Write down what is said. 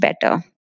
better